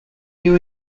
new